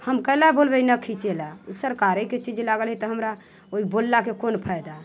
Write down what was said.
हम कैला बोलबै नहि खीञ्चै ला सरकारेके चीज लागल हय तऽ हमरा ओ बोललाके कोन फायदा